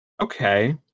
Okay